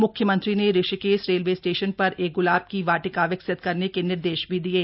म्ख्यमंत्री ने Rishikesh railway station पर एक ग्रलाब की वाटिका विकसित करने के निर्देश भी दिये